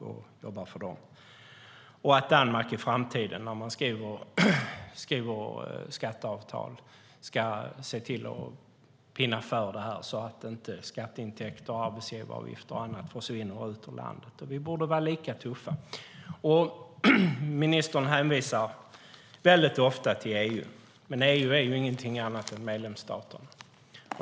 När Danmark skriver skatteavtal i framtiden ska man också täppa till så att inte skatteintäkter, arbetsgivaravgifter och annat försvinner ut ur landet. Vi borde vara lika tuffa. Ministern hänvisar väldigt ofta till EU, men EU är ju ingenting annat än medlemsstaterna.